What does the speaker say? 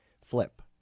flip